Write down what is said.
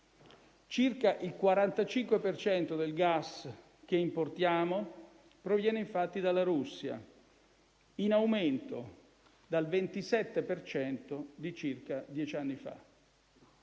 Circa il 45 per cento del gas che importiamo proviene infatti dalla Russia, in aumento dal 27 per cento di circa dieci anni fa.